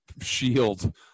shield